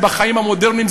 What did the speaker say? בחיים המודרניים,